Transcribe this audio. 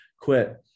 quit